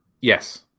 Yes